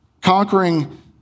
conquering